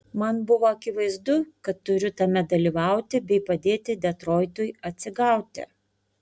man buvo akivaizdu kad turiu tame dalyvauti bei padėti detroitui atsigauti